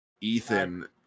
Ethan